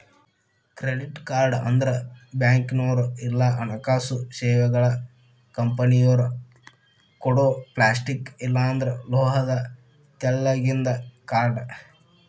credit card ಅಂದ್ರ ಬ್ಯಾಂಕ್ನೋರ್ ಇಲ್ಲಾ ಹಣಕಾಸು ಸೇವೆಗಳ ಕಂಪನಿಯೊರ ಕೊಡೊ ಪ್ಲಾಸ್ಟಿಕ್ ಇಲ್ಲಾಂದ್ರ ಲೋಹದ ತೆಳ್ಳಗಿಂದ ಕಾರ್ಡ್